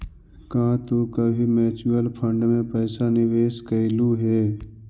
का तू कभी म्यूचुअल फंड में पैसा निवेश कइलू हे